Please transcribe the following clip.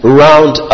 round